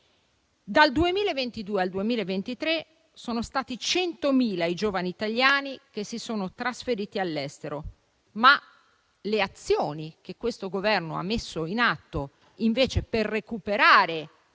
Dal 2022 al 2023 100.000 giovani italiani si sono trasferiti all'estero. Le azioni che questo Governo ha messo in atto per recuperare